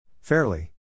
Fairly